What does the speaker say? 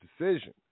decision